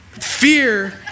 Fear